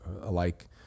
alike